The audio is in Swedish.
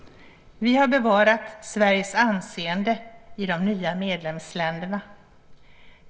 Vi har bevarat Sveriges anseende i de nya medlemsländerna.